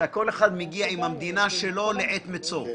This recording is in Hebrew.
כל אחד מגיע עם המדינה שלו לעת מצוא,